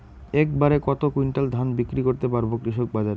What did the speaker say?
এক বাড়ে কত কুইন্টাল ধান বিক্রি করতে পারবো কৃষক বাজারে?